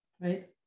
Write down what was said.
right